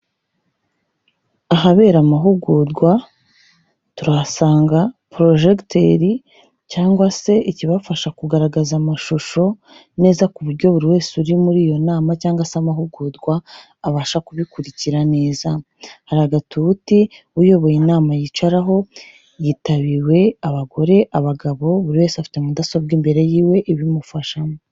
Ahabera amahugurwa, turahasanga porojegiteri cyangwa se ikibafasha kugaragaza amashusho neza ku buryo buri wese uri muri iyo nama cyangwa se amahugurwa abasha kubikurikira neza, hari agatuti uyoboye inama yicaraho, yitabiwe: abagore, abagabo, buri wese afite mudasobwa imbere yiwe ibimufashamo.